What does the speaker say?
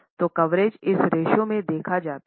तो कवरेज इस रेश्यो में देखा जाता है